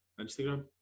Instagram